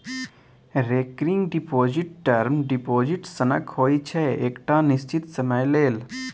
recurring deposit term deposit सनक होइ छै एकटा निश्चित समय लेल